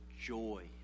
joy